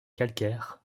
calcaires